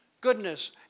goodness